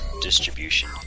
distribution